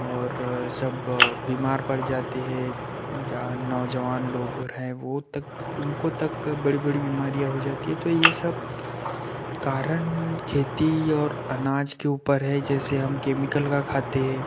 और सब बीमार पड़ जाते हैं जान नौजवान लोग हैं वो तक उनको तक बड़ी बड़ी बीमारियाँ हो जाती है तो ये सब कारण खेती और अनाज के ऊपर है जैसे हम केमिकल का खाते हैं